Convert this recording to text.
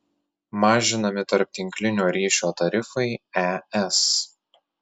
mažinami tarptinklinio ryšio tarifai es